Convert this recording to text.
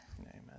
Amen